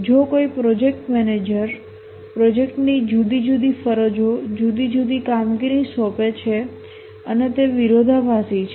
જો કોઈ project manager પ્રોજેક્ટની જુદી જુદી ફરજો જુદી જુદી કામગીરી સોંપે છે અને તે વિરોધાભાસી છે